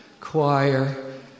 choir